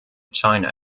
china